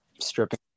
stripping